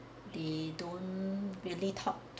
they don't really talk